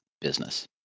business